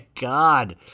God